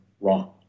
wrong